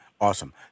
Awesome